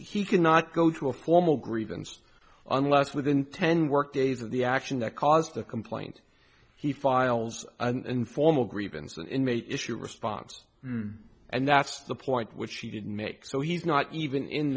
he could not go to a formal grievance unless within ten workdays of the action that caused the complaint he files and form a grievance and in may issue response and that's the point which he didn't make so he's not even in